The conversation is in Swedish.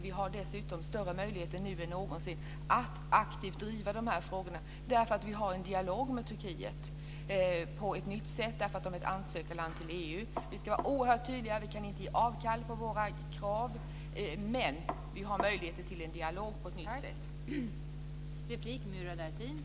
Vi har dessutom större möjligheter nu än någonsin att aktivt driva dessa frågor eftersom vi har en dialog med Turkiet på ett nytt sätt, eftersom det är ett ansökarland till EU. Vi ska vara oerhört tydliga. Vi kan inte ge avkall på våra krav. Men vi har möjligheter till en dialog på ett nytt sätt.